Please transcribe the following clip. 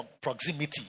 proximity